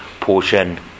portion